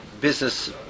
business